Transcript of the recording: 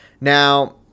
Now